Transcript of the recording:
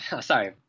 Sorry